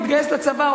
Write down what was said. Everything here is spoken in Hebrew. להתגייס לצבא,